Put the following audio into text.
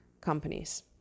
companies